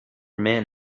men